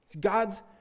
God's